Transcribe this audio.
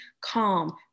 calm